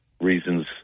reasons